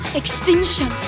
extinction